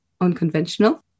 unconventional